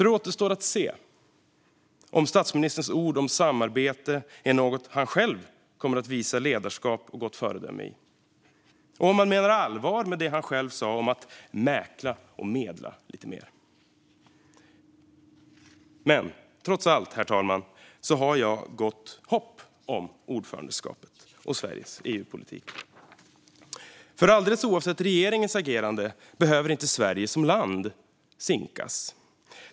Det återstår att se om statsministerns ord om samarbete är något han själv kommer att visa ledarskap och gott föredöme i och om han menar allvar med det han själv sa om att mäkla och medla lite mer. Herr talman! Jag har trots allt gott hopp om ordförandeskapet och Sveriges EU-politik. För alldeles oavsett regeringens agerande behöver inte Sverige som land sinkas.